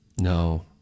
no